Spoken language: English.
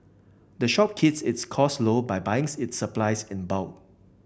the shop its costs low by buying its supplies in bulk